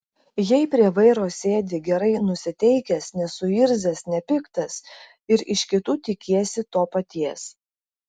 jei prie vairo sėdi gerai nusiteikęs nesuirzęs nepiktas ir iš kitų tikiesi to paties